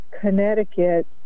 Connecticut